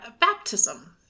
baptism